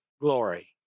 glory